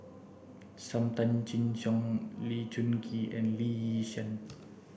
Sam Tan Chin Siong Lee Choon Kee and Lee Yi Shyan